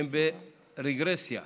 הם ברגרסיה.